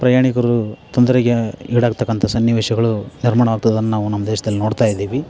ಪ್ರಯಾಣಿಕರು ತೊಂದರೆಗೆ ಈಡಾಗತಕ್ಕಂಥ ಸನ್ನಿವೇಶಗಳು ನಿರ್ಮಾಣವಾಗ್ತಿದನ್ನ ನಾವು ನಮ್ಮ ದೇಶ್ದಲ್ಲಿ ನೋಡ್ತಾ ಇದ್ದೀವಿ